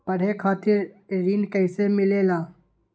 पढे खातीर ऋण कईसे मिले ला?